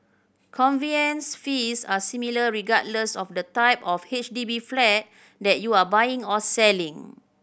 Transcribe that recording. conveyance fees are similar regardless of the type of H D B flat that you are buying or selling